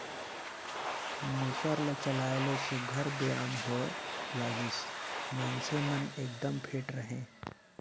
मूसर ल चलाए ले सुग्घर बेयाम होए लागिस, मइनसे मन एकदम फिट रहें